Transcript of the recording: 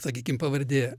sakykim pavardė